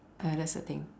ah that's the thing